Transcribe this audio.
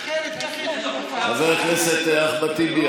חבר הכנסת אחמד טיבי,